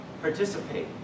participate